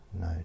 no